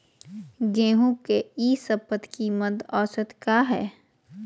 गेंहू के ई शपथ कीमत औसत क्या है?